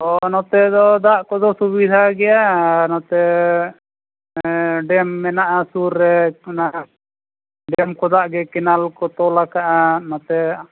ᱦᱳᱭ ᱱᱚᱛᱮ ᱫᱚ ᱫᱟᱜ ᱠᱚᱫᱚ ᱥᱩᱵᱤᱫᱷᱟ ᱜᱮᱭᱟ ᱟᱨ ᱱᱚᱛᱮ ᱰᱮᱢ ᱢᱮᱱᱟᱜᱼᱟ ᱥᱩᱨ ᱨᱮ ᱚᱱᱟ ᱰᱮᱢ ᱠᱷᱚᱱᱟᱜ ᱜᱮ ᱠᱮᱱᱮᱞ ᱠᱚ ᱛᱚᱞ ᱠᱟᱜᱼᱟ ᱱᱚᱛᱮ